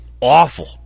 awful